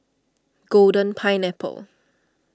Golden Pineapple